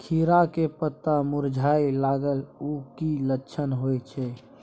खीरा के पत्ता मुरझाय लागल उ कि लक्षण होय छै?